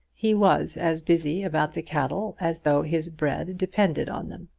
he was as busy about the cattle as though his bread depended on them.